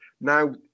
Now